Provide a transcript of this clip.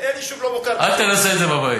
יישוב לא מוכר, אל תנסה את זה בבית.